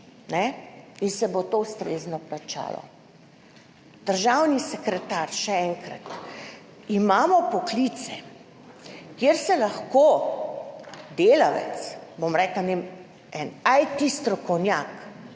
in se bo to ustrezno plačalo. Državni sekretar, še enkrat, imamo poklice, kjer se lahko delavec, ne vem, en IT strokovnjak